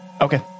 Okay